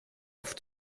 auf